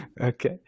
Okay